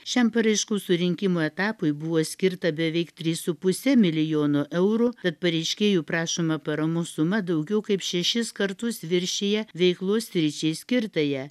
šiam paraiškų surinkimo etapui buvo skirta beveik trys su puse milijono eurų kad pareiškėjų prašoma paramos suma daugiau kaip šešis kartus viršija veiklos sričiai skirtąją